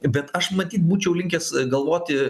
bet aš matyt būčiau linkęs galvoti